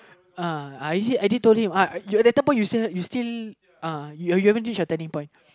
uh I hit I did told him I later point you still you still uh you you haven't reach your turning point